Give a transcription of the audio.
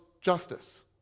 justice